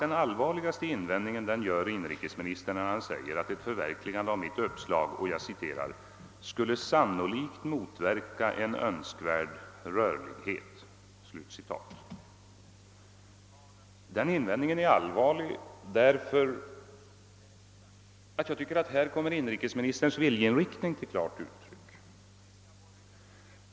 Den allvarligaste invändningen tycker jag att inrikesministern gör när han säger att ett förverkligande av mitt uppslag sannolikt skulle »motverka en önskvärd rörlighet». Den invändningen är allvarlig, ty här kommer enligt min mening inrikesministerns viljeinriktning till klart uttryck.